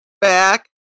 back